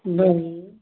नहीं